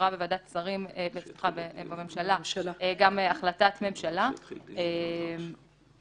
עברה בממשלה גם החלטת ממשלה שמספרה